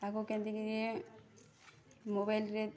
ତାକୁ କେମିତି କିରି ମୋବାଇଲ୍ରେ